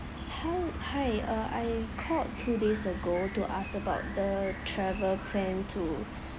hel~ hi uh I called two days ago to ask about the travel plan to